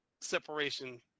separation